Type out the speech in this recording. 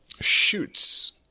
Shoots